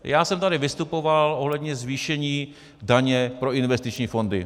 Já jsem tady vystupoval ohledně zvýšení daně pro investiční fondy.